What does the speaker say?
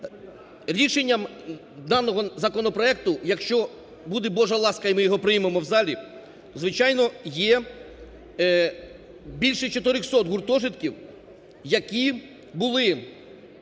Рішенням даного законопроекту, якщо буде Божа ласка і ми його приймемо в залі, звичайно, є більше 400 гуртожитків, які були